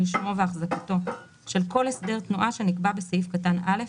רישומו ואחזקתו של כל הסדר תנועה שנקבע בסעיף קטן (א),